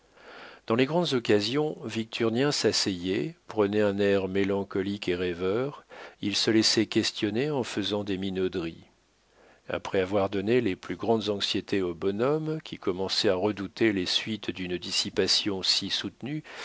dans les grandes occasions victurnien s'asseyait prenait un air mélancolique et rêveur il se laissait questionner en faisant des minauderies après avoir donné les plus grandes anxiétés au bonhomme qui commençait à redouter les suites d'une dissipation si soutenue